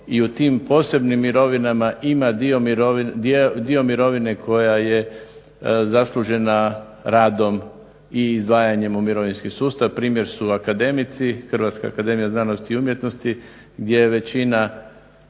i u tim posebnim mirovinama ima dio mirovine koja je zaslužena radom i izdvajanjem u mirovinski sustav. Primjer su akademici, Hrvatska akademija znanosti i umjetnosti gdje većina